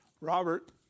Robert